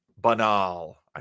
banal